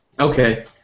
Okay